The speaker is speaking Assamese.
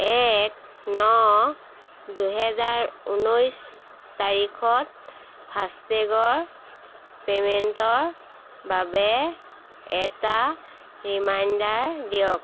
এক ন দুহেজাৰ ঊনৈছ তাৰিখত ফাষ্টেগৰ পে'মেণ্টৰ বাবে এটা ৰিমাইণ্ডাৰ দিয়ক